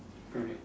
correct